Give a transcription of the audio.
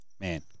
man